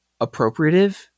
appropriative